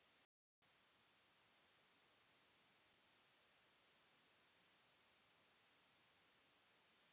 कीड़ा लगले के दूर करे के उपाय का होला और और का उपाय करें कि होयी की कीड़ा न लगे खेत मे?